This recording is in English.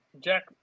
Jack